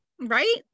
Right